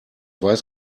weiß